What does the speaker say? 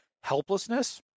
helplessness